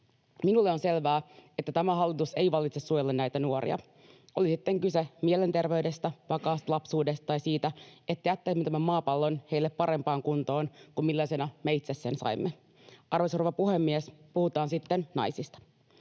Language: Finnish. Minulle on selvää, että tämä hallitus ei valitse suojella näitä nuoria oli sitten kyse mielenterveydestä, vakaasta lapsuudesta tai siitä, että jättäisimme tämän maapallon heille parempaan kuntoon kuin millaisena me itse sen saimme. Arvoisa rouva puhemies! Puhutaan sitten naisista.